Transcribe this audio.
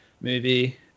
movie